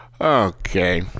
okay